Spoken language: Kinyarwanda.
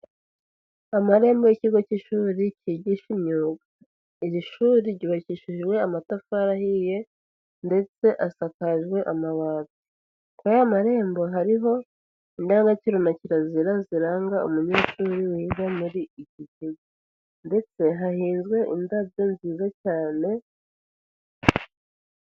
Amarembo y'ikigo by'ishuri kigisha imyuga, iri shuri ry'bakishijwe amatafari ahiye ndetse asakajwe amabati, kuri aya marembo hariho indangagaciro na kirazira ziranga umunyeshuri wiga muri iki kigo ndetse hahinzwe indabyo nziza cyane.